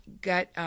got